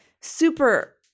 super